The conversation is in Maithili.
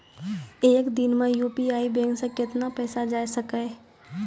एक दिन मे यु.पी.आई से कितना पैसा जाय सके या?